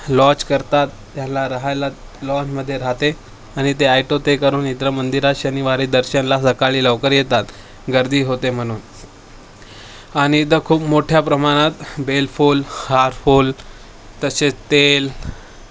lodge करतात याला रहायला लॉनमध्ये रहाते आणि ते ऐटो ते करून इतर मंदिराात शनिवारी दर्शनला सकाळी लवकर येतात गर्दी होते म्हणून आणि खूप मोठ्या प्रमाणात बेलफूल हारफूल तसेच तेल